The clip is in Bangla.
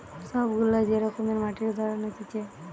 সব গুলা যে রকমের মাটির ধরন হতিছে